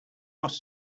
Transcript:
was